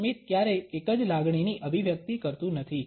સ્મિત ક્યારેય એક જ લાગણીની અભિવ્યક્તિ કરતું નથી